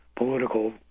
Political